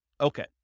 Okay